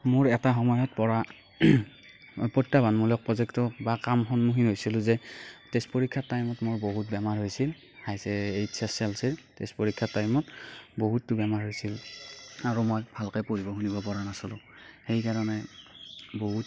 মোৰ এটা সময়ত পৰা প্ৰত্যাহ্বানমূলক প্ৰজেক্টৰ বা কাম সন্মুখীন হৈছিলোঁ যে টেষ্ট পৰীক্ষা টাইমত মোৰ বহুত বেমাৰ হৈছিল এইচ এছ এল ছিৰ টেষ্ট পৰীক্ষা টাইমত বহুত বেমাৰ হৈছিল আৰু মই ভালকৈ পঢ়িব শুনিব পৰা নাছিলোঁ সেইকাৰণে বহুত